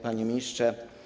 Panie Ministrze!